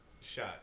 shot